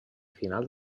final